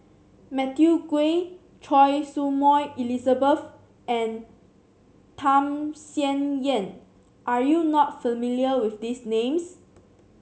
Matthew Ngui Choy Su Moi Elizabeth and Tham Sien Yen are you not familiar with these names